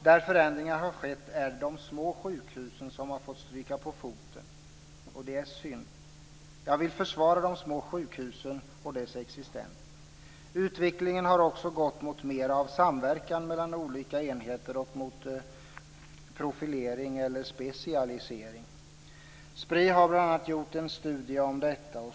Där förändringar har skett är det de små sjukhusen som fått stryka på foten. Det är synd. Jag vill försvara de små sjukhusen och deras existens. Utvecklingen har också gått mot mera av samverkan mellan olika enheter och mot profilering eller specialisering. Spri har bl.a. gjort en studie om detta.